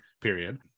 Period